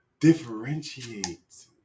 differentiates